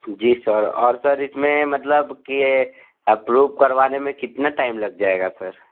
जी sir और sir इसमें मतलब की अप्रूव करवाने में कितना टाइम लग जाएगा सर